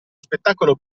spettacolo